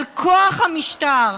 על כוח המשטר,